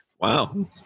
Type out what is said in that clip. Wow